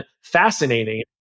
fascinating